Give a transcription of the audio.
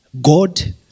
God